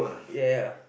ya ya